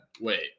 Wait